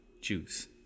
Juice